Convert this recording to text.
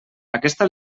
aquesta